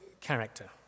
character